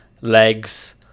legs